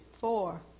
four